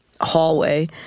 hallway